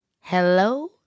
Hello